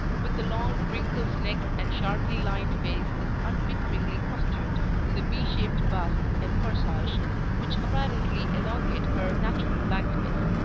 with the long, wrinkled neck and sharply lined face is unbecomingly costumed in the v-shaped basque and corsage which apparently elongate her natural lankness.